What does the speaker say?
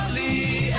the